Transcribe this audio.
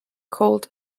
called